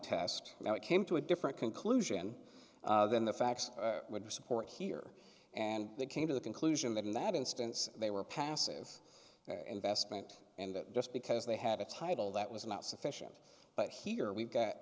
test now it came to a different conclusion than the facts support here and they came to the conclusion that in that instance they were passive investment and that just because they had a title that was not sufficient but here we've got